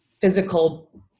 physical